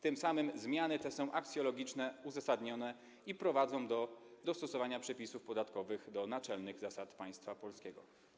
Tym samym zmiany te są aksjologicznie uzasadnione i prowadzą do dostosowania przepisów podatkowych do naczelnych zasad państwa polskiego.